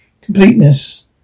completeness